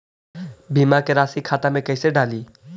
बीमा के रासी खाता में कैसे डाली?